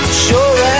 sure